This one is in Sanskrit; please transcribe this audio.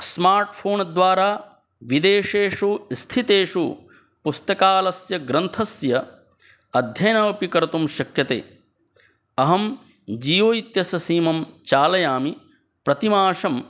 स्मार्ट् फ़ोन् द्वारा विदेशेषु स्थितेषु पुस्तकालयस्य ग्रन्थस्य अध्ययनमपि कर्तुं शक्यते अहं जीवु इत्यस्य सीमं चालयामि प्रतिमासं